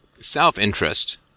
self-interest